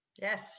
Yes